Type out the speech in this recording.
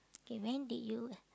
okay when did you